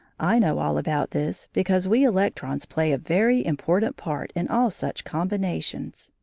i know all about this because we electrons play a very important part in all such combinations.